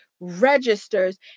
registers